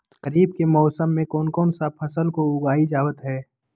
खरीफ के मौसम में कौन कौन सा फसल को उगाई जावत हैं?